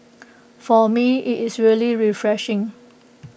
for me IT is really refreshing